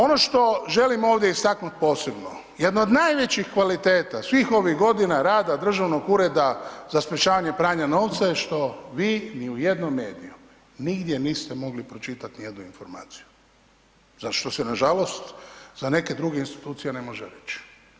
Ono što želim ovdje istaknut posebno, jedan od najvećih kvaliteta svih ovih godina rada Državnog ureda za sprječavanje pranja novca je što vi ni u jednom mediju, nigdje niste mogli pročitati jednu informaciju, za što se nažalost za neke druge institucije ne može reći.